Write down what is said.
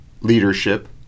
leadership